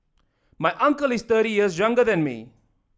my uncle is thirty years younger than me